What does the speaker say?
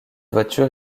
voiture